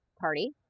Party